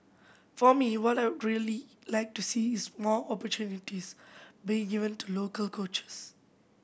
for me what I really like to see is more opportunities being given to local coaches